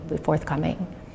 forthcoming